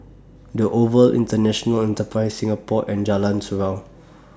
The Oval International Enterprise Singapore and Jalan Surau